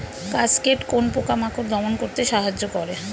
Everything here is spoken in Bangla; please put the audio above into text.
কাসকেড কোন পোকা মাকড় দমন করতে সাহায্য করে?